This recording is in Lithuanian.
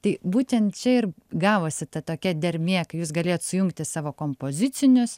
tai būtent čia ir gavosi ta tokia dermė kai jūs galėjot sujungti savo kompozicinius